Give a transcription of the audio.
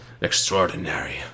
Extraordinary